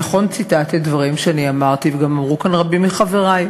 נכון ציטטת דברים שאני אמרתי וגם אמרו כאן רבים מחברי.